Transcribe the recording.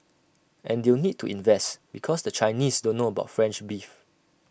and they'll need to invest because the Chinese don't know about French beef